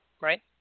right